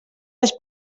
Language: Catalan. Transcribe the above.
les